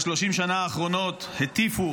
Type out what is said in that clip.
ב-30 השנה האחרונות הטיפו,